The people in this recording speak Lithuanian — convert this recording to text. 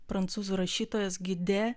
prancūzų rašytojas gidė